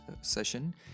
session